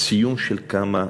ציון של כמה כפרים.